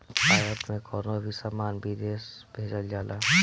आयात में कवनो भी सामान विदेश भेजल जाला